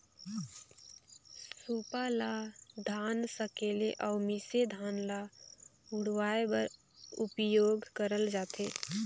सूपा ल धान सकेले अउ मिसे धान ल उड़वाए बर उपियोग करल जाथे